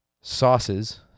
sauces